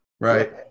right